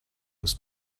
was